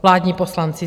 Vládní poslanci!